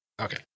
Okay